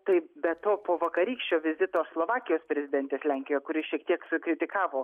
tai be to po vakarykščio vizito slovakijos prezidentės lenkijo kuri šiek tiek sukritikavo